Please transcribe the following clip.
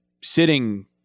sitting